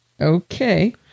Okay